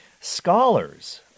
Scholars